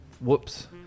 Whoops